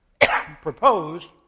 proposed